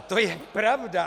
To je pravda!